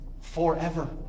forever